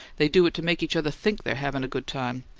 they do it to make each other think they're havin' a good time.